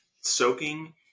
soaking